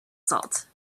salt